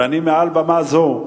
ואני, מעל במה זו,